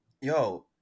yo